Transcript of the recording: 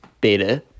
beta